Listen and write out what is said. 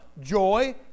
joy